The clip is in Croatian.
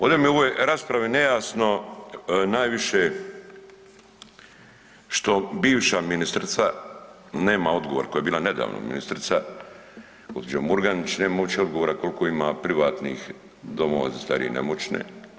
Ovdje mi je u ovoj raspravi nejasno najviše što bivša ministrica nema odgovor, koja je bila nedavno ministrica gospođa Murganić, nema uopće odgovora koliko ima privatnih domova za starije i nemoćne.